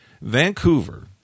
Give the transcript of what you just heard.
Vancouver